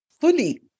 fully